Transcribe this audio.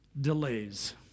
delays